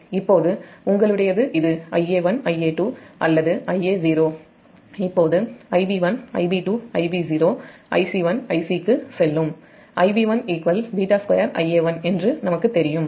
இப்போது Ia1Ia2 அல்லது Ia0 இப்போது Ib1Ib2Ib0 Ic1 Ic க்குச் செல்லும்Ib1 β2 Ia1 என்று நமக்குத் தெரியும்